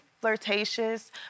flirtatious